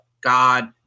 God